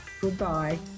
goodbye